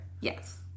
Yes